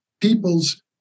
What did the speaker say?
people's